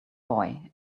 boy